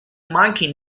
monkey